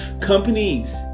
Companies